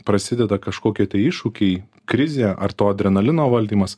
prasideda kažkokie tai iššūkiai krizė ar to adrenalino valdymas